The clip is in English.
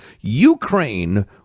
Ukraine